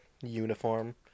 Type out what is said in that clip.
uniform